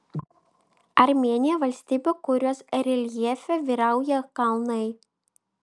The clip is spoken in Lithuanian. armėnija valstybė kurios reljefe vyrauja kalnai